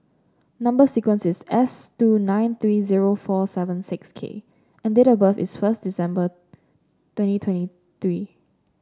number sequence is S two nine three zero four seven six K and date of birth is first December twenty twenty three